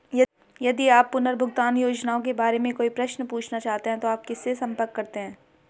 यदि आप पुनर्भुगतान योजनाओं के बारे में कोई प्रश्न पूछना चाहते हैं तो आप किससे संपर्क करते हैं?